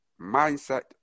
mindset